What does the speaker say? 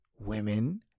women